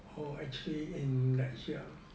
oh actually in that shipyard